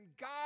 God